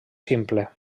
simple